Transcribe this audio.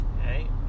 Okay